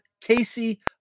Casey